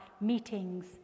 meetings